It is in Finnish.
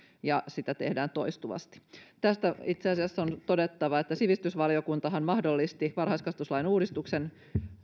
ja sitä tehdään toistuvasti tästä itse asiassa on todettava että sivistysvaliokuntahan mahdollisti varhaiskasvatuslain uudistuksen